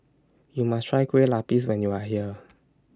YOU must Try Kueh Lapis when YOU Are here